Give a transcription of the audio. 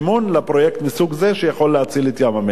לפרויקט מסוג זה שיכול להציל את ים-המלח,